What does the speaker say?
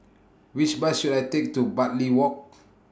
Which Bus should I Take to Bartley Walk